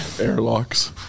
Airlocks